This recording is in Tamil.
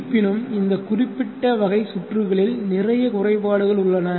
இருப்பினும் இந்த குறிப்பிட்ட வகை சுற்றுகளில் நிறைய குறைபாடுகள் உள்ளன